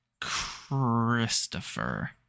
Christopher